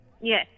Yes